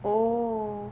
oh